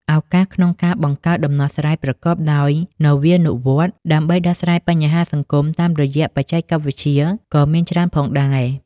ឱកាសក្នុងការបង្កើតដំណោះស្រាយប្រកបដោយនវានុវត្តន៍ដើម្បីដោះស្រាយបញ្ហាសង្គមតាមរយៈបច្ចេកវិទ្យាក៏មានច្រើនផងដែរ ។